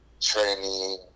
training